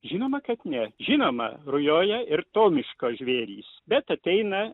žinoma kad ne žinoma rujoja ir to miško žvėrys bet ateina